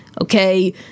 okay